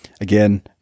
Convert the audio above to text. again